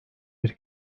bir